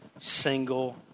single